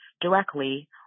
directly